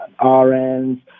RNs